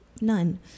None